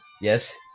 Yes